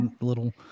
Little